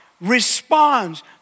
responds